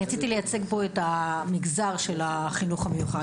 אני רוצה לייצג פה את מגזר החינוך המיוחד.